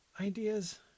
ideas